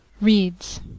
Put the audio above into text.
Reads